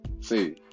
See